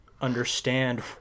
understand